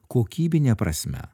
kokybine prasme